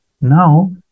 now